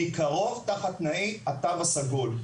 מקרוב תחת תנאי התו הסגול.